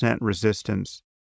resistance